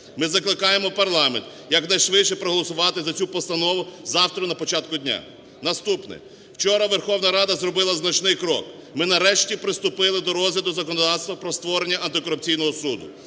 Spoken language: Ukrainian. Ми закликаємо парламент якнайшвидше проголосувати за цю постанову завтра на початку дня. Наступне. Вчора Верховна Рада зробила значний крок: ми нарешті приступили до розгляду законодавства про створення Антикорупційного суду.